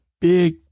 big